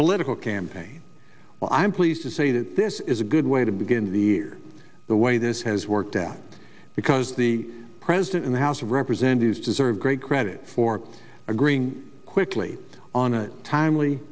political campaign well i'm pleased to say that this is a good way to begin the year the way this has worked out because the president and the house of representatives deserve great credit for agreeing quickly on a timely